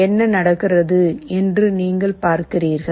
என்ன நடக்கிறது என்று நீங்கள் பார்க்கிறீர்கள்